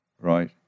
Right